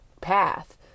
path